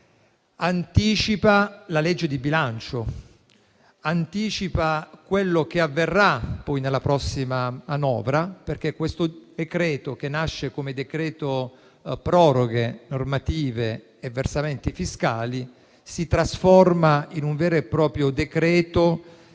anticipa la legge di bilancio, quello che avverrà poi nella prossima manovra, perché questo provvedimento, che nasce come decreto proroghe normative e versamenti fiscali, si trasforma in un vero e proprio decreto